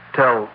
tell